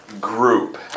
group